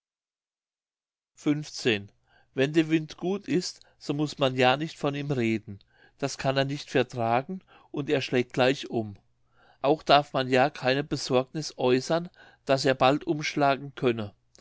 wenn der wind gut ist so muß man ja nicht von ihm reden das kann er nicht vertragen und er schlägt gleich um auch darf man ja keine besorgniß äußern daß er bald umschlagen könne